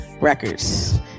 records